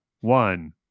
one